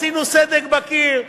עשינו סדק בקיר.